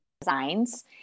designs